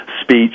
speech